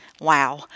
Wow